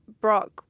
Brock